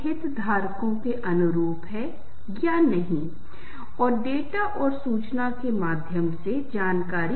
उदाहरण के लिए इन कंपनियों को जब वे आपको रिंगटोन के पूर्व निर्धारित प्रदान करते हैं